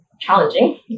challenging